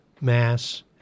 mass